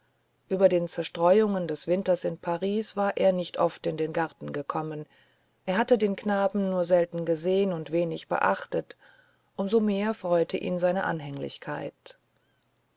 über den zerstreuungen des winters in paris war er nicht oft in den garten gekommen er hatte den knaben nur selten gesehn und wenig beachtet um so mehr freute ihn seine anhänglichkeit